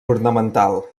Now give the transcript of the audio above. ornamental